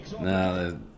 No